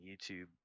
YouTube